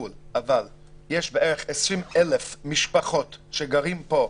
אבל יש בערך 20,000 משפחות שגרות פה,